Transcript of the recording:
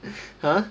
!huh!